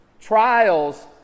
trials